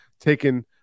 taking –